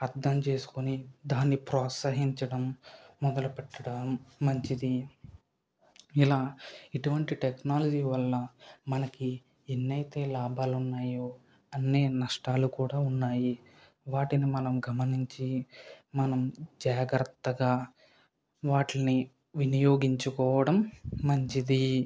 అర్ధం చేసుకొని దాన్ని ప్రోత్సహించడం మొదలు పెట్టడం మంచిది ఇలా ఇటువంటి టెక్నాలజీ వల్ల మనకి ఎన్నైతే లాభాలు ఉన్నాయో అన్ని నష్టాలు కూడా ఉన్నాయి వాటిని మనం గమనించి మనం జాగ్రత్తగా వాటిల్ని వినియోగించుకోవడం మంచిది